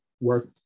work